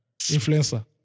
influencer